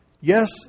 yes